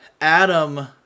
Adam